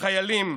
בחיילים,